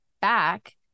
Back